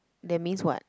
that means what